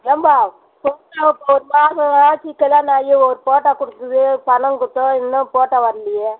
ஏம்பா போட்டோ ஒரு மாதம் ஆச்சு கல்யாணம் ஆயி ஒரு போட்டோ கொடுத்தது பணம் கொடுத்தோம் இன்னும் போட்டோ வரலியே